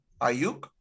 Ayuk